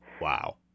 Wow